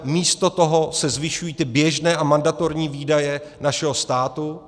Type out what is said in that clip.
Místo toho se zvyšují běžné a mandatorní výdaje našeho státu.